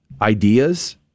ideas